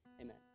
Amen